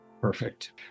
Perfect